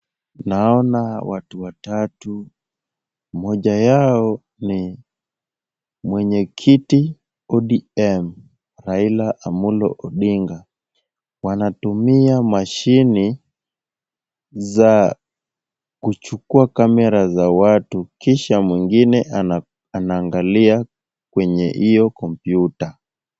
Naonao watu watatu. Mmoja yao ni mwenye kiti ODM Raila Amolo Odinga. Wanatumia mashine za kuchukua camera za watu kisha mwingine anaangalia kwenye hiyo kompyuta.